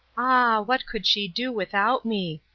ah, what could she do without me.